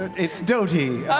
it's doty.